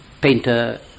painter